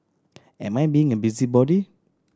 am I being a busybody